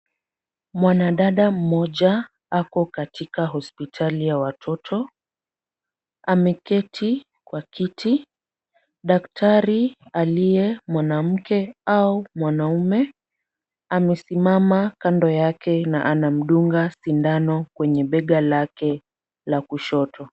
Mwanadada mmoja ako katika hospitali ya watoto. Ameketi kwa kiti. Daktari aliye mwanamke au mwanamume, amesimama kando yake na anamdunga sindano kwenye bega lake la kushoto.